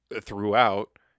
throughout